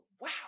wow